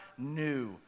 New